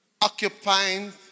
occupying